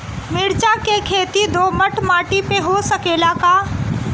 मिर्चा के खेती दोमट माटी में हो सकेला का?